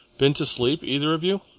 been to sleep, either of you?